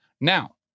Now